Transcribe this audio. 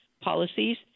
policies